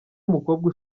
umukobwa